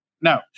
no